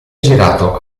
girato